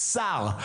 שר,